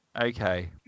Okay